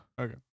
Okay